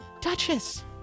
duchess